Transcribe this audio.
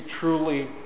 truly